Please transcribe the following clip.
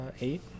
eight